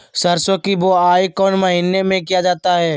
सरसो की बोआई कौन महीने में किया जाता है?